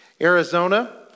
Arizona